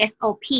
SOP